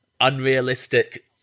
unrealistic